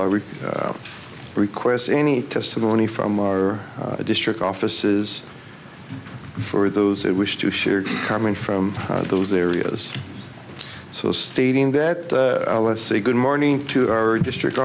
also request any testimony from our district offices for those who wish to share comment from those areas so stating that let's say good morning to our district